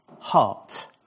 heart